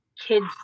kids